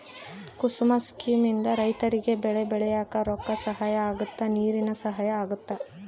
ಕುಸುಮ scheme ಇಂದ ರೈತರಿಗೆ ಬೆಳೆ ಬೆಳಿಯಾಕ ರೊಕ್ಕ ಸಹಾಯ ಅಗುತ್ತ ನೀರಿನ ಸಹಾಯ ಅಗುತ್ತ